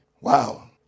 Wow